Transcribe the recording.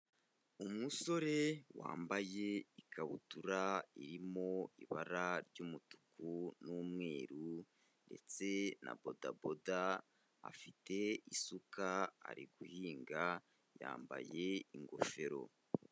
Umusore wambaye ikabutura irimo ibara ry'umutuku n'umweru, ndetse na bodaboda, afite isuka ari guhinga, yambaye ingofero.